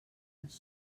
ens